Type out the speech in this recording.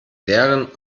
leeren